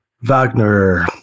Wagner